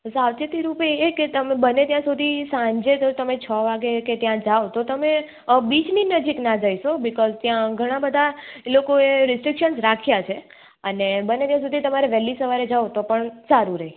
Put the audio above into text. સાવચેતી રૂપે એ કે તમે બને ત્યાં સુધી સાંજે તો તમે છ વાગે કે ત્યાં જાવ તો તમે બીચની નજીક ના જશો બીકોઝ ત્યાં ઘણાં બધાં એ લોકો એ રીસ્ટ્રીક્સન રાખ્યા છે અને બને ત્યાં સુધી તમારે વહેલી સવારે જાવ તો પણ સારું રહે